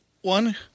one